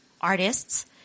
artists